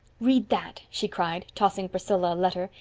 read that, she cried, tossing priscilla a letter.